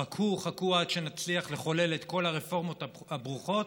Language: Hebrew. חכו, חכו עד שנצליח לחולל את כל הרפורמות הברוכות,